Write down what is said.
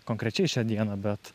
konkrečiai šią dieną bet